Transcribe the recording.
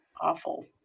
awful